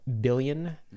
billion